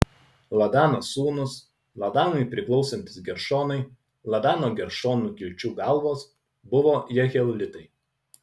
ladano sūnūs ladanui priklausantys geršonai ladano geršono kilčių galvos buvo jehielitai